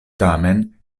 tamen